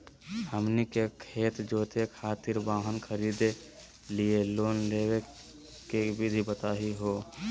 हमनी के खेत जोते खातीर वाहन खरीदे लिये लोन लेवे के विधि बताही हो?